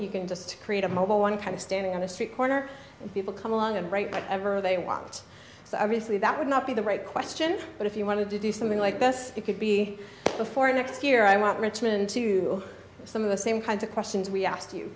you can just create a mobile one kind of standing on a street corner and people come along and right by ever they want so obviously that would not be the right question but if you wanted to do something like this it could be before next year i want richmond to some of the same kinds of questions we asked you